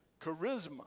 Charisma